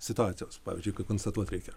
situacijos pavyzdžiui kai konstatuot reikia